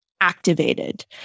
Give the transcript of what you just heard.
activated